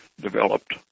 developed